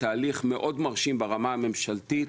תהליך מאוד מרשים ברמה הממשלתית,